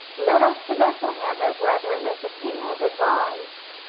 let us to bethlehem, o brethren, as the king has advised.